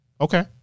okay